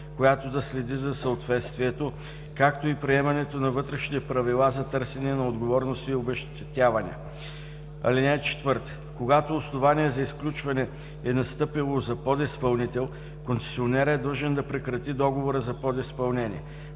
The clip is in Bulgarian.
която да следи за съответствието, както и приемане на вътрешни правила за търсене на отговорност и обезщетяване. (4) Когато основание за изключване е настъпило за подизпълнител, концесионерът е длъжен да прекрати договора за подизпълнение.